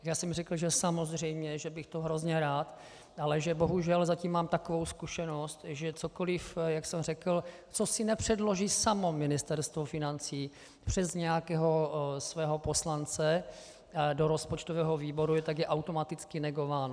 Já jsem jí řekl, že samozřejmě, že bych hrozně rád, ale že bohužel zatím mám takovou zkušenost, že cokoliv, jak jsem řekl, co si nepředloží samo Ministerstvo financí přes nějakého svého poslance do rozpočtového výboru, tak je automaticky negováno.